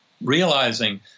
realizing